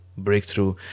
breakthrough